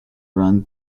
run